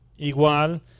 igual